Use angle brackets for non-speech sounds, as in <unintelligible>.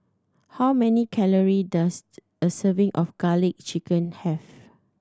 how many calory does <unintelligible> a serving of Garlic Chicken have